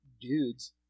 dudes